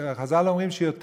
חז"ל אומרים את זה,